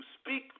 speak